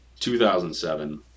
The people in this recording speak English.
2007